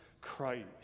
Christ